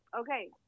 Okay